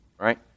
right